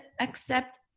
accept